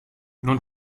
non